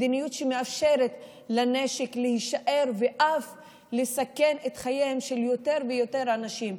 מדיניות שמאפשרת לנשק להישאר ואף לסכן את חייהם של יותר ויותר אנשים.